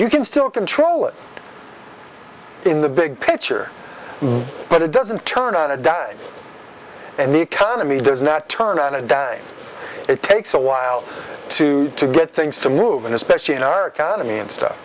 you can still control it in the big picture but it doesn't turn out to die and the economy does not turn around and it takes a while to to get things to move and especially in our economy and stuff